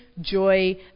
joy